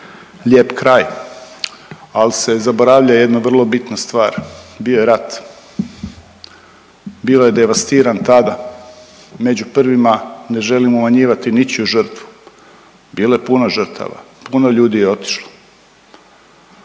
Lijep kraj, ali se zaboravlja jedna vrlo bitna stvar, bio je rat. Bio je devastiran tada, među prvima ne želim umanjivati ničiju žrtvu, bilo je puno žrtava, puno ljudi je otišlo.